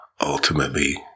ultimately